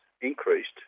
increased